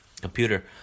computer